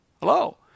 Hello